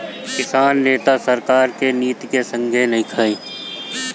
किसान नेता सरकार के नीति के संघे नइखन